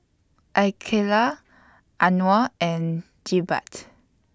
Aqeelah Anuar and Jebat